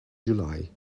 july